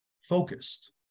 focused